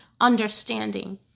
understanding